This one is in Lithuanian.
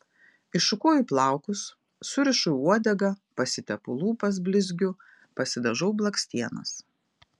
iššukuoju plaukus surišu į uodegą pasitepu lūpas blizgiu pasidažau blakstienas